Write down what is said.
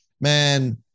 Man